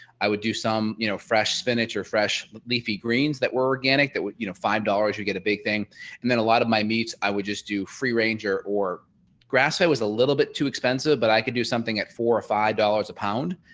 i would do some you know fresh spinach or fresh leafy greens that were organic. that you know five dollars you get a big thing and then a lot of my meats i would just do free range or or grass. i was a little bit too expensive but i could do something at four or five dollars a pound.